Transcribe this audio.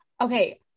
okay